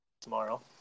tomorrow